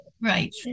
Right